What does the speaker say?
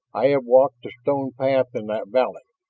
i have walked the stone path in that valley,